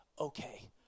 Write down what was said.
okay